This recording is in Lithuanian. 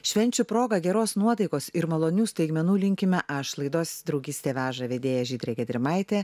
švenčių proga geros nuotaikos ir malonių staigmenų linkime aš laidos draugystė veža vedėja žydrė gedrimaitė